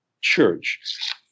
church